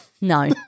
No